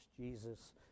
Jesus